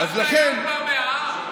גם דיין בא מהעם.